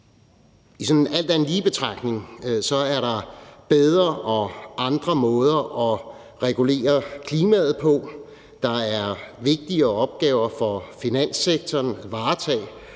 Og sådan alt andet lige er der i den betragtning bedre og andre måder at regulere klimaet på. Der er vigtigere opgaver for finanssektoren at varetage